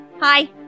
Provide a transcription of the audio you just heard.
Hi